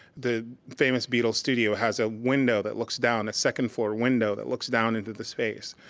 the famous beatles studio has a window that looks down, a second-floor window that looks down into the space.